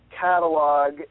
catalog